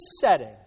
setting